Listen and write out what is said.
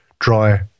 dry